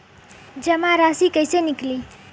जमा राशि कइसे निकली?